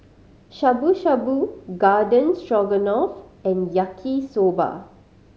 Shabu Shabu Garden Stroganoff and Yaki Soba